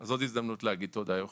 אז עוד הזדמנות להגיד תודה, יוכי.